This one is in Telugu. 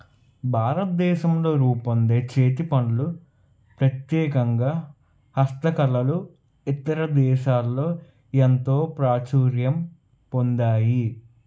భారతదేశంలో రూపొందే చేతి పనులు ప్రత్యేకంగా హస్తకళలు ఇతర దేశాల్లో ఎంతో ప్రాచుర్యం పొందాయి